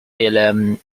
eleven